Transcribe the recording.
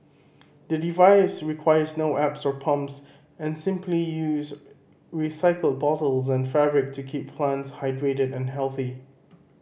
the device requires no apps sir pumps and simply uses recycled bottles and fabric to keep plants hydrated and healthy